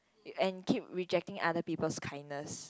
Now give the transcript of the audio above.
and keep rejecting other people kindness